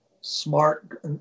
smart